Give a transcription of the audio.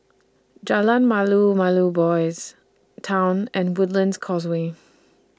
Jalan Malu Malu Boys' Town and Woodlands Causeway